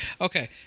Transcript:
okay